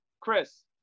Chris